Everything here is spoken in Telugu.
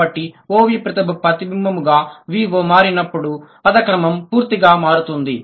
కాబట్టి OV ప్రతిబింబముగా VO మారినప్పుడు పదం క్రమం పూర్తిగా మారుతుంది